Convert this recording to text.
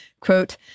Quote